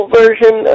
version